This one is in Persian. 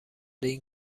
این